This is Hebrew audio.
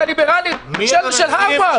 של הרווארד.